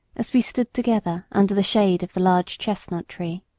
as we stood together under the shade of the large chestnut tree.